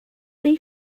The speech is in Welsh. neu